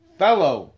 fellow